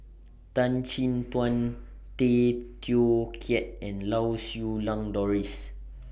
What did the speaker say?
Tan Chin Tuan Tay Teow Kiat and Lau Siew Lang Doris